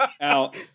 out